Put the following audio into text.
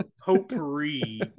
potpourri